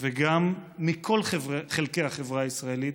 וגם מכל חלקי החברה הישראלית,